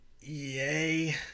yay